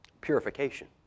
Purification